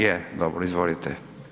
Je, dobro, izvolite.